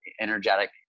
energetic